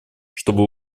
чтобы